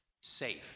safe